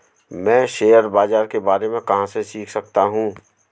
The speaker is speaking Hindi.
मैं शेयर बाज़ार के बारे में कहाँ से सीख सकता हूँ?